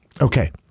okay